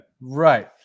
Right